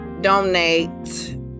donate